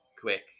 quick